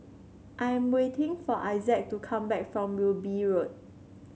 I am waiting for Issac to come back from Wilby Road